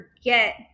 forget